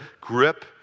grip